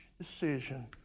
decision